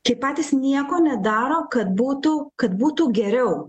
kai patys nieko nedaro kad būtų kad būtų geriau